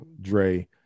Dre